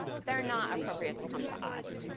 they're not appropriate to come to us.